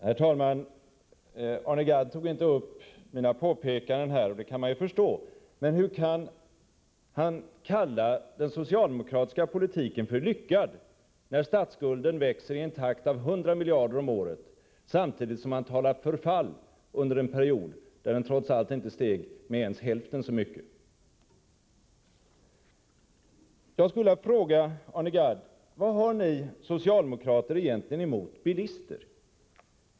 Herr talman! Arne Gadd tog inte upp mina påpekanden — och det kan man förstå. Men hur kan han kalla den socialdemokratiska politiken ”lyckad” när statsskulden växer i en takt av 100 miljarder om året, samtidigt som han talar om ”förfall” under en period då den trots allt inte steg med ens hälften så mycket? Jag skulle vilja fråga Arne Gadd: Vad har ni socialdemokrater egentligen emot bilister?